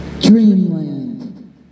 Dreamland